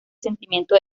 sentimiento